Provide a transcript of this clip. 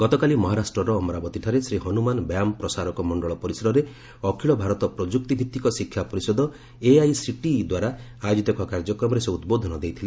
ଗତକାଲି ମହାରାଷ୍ଟ୍ରର ଅମରାବତୀଠାରେ ଶ୍ରୀ ହନୁମାନ ବ୍ୟାୟାମ ପ୍ରସାରକ ମଣ୍ଡଳ ପରିସରରେ ଅଖିଳ ଭାରତ ପ୍ରଯୁକ୍ତି ଭିତ୍ତିକ ଶିକ୍ଷା ପରିଷଦ ଏଆଇସିଟିଇ ଦ୍ୱାରା ଆୟୋଜିତ ଏକ କାର୍ଯ୍ୟକ୍ମରେ ସେ ଉଦ୍ବୋଧନ ଦେଇଥିଲେ